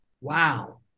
Wow